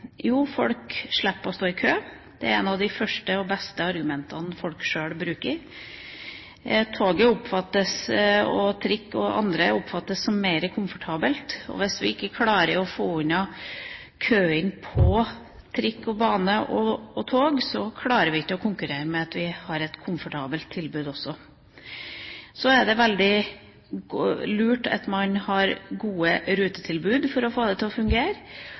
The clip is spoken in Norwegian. Jo, folk slipper å stå i kø. Det er et av de første og beste argumentene folk sjøl bruker. Tog, trikk og bane oppfattes som mer komfortabelt, men hvis vi ikke klarer å få unna køene på trikk, bane og tog, klarer vi ikke å konkurrere med et komfortabelt tilbud. Så er det veldig lurt at man har gode rutetilbud for å få det til å fungere.